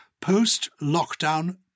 post-lockdown